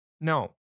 No